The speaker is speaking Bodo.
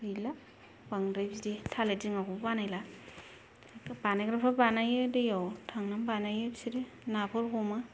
गैला बांद्राय बिदि थालिर दिङाबो बानायला बानायग्राफोरा बानायो दैआव थांना बानायो बिसोरो नाफोर हमो